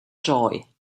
joy